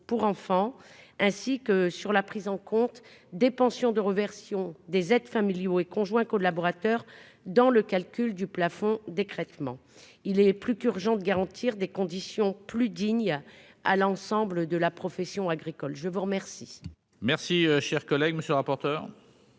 pour enfants, ainsi que sur la prise en compte des pensions de réversion des aides familiaux et conjoints collaborateurs dans le calcul du plafond d'écrêtement, il est plus qu'urgent de garantir des conditions plus digne à l'ensemble de la profession agricole, je vous remercie.